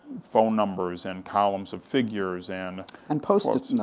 phone numbers and columns of figures, and and post-it notes. and